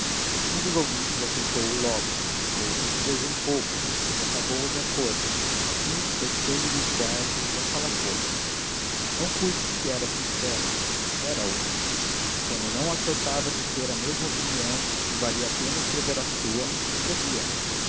um dos ouvintes aceitou o logo outro divergiu um pouco e acabou de acordo assim terceiro e quarto e a sala toda não cuides que não era sincero era-o quando não acertava de ter a mesma opinião e valia a pena escrever a sua escrevia a